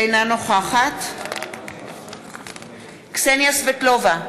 אינה נוכחת קסניה סבטלובה,